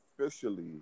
officially